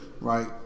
Right